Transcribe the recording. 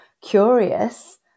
curious